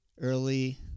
early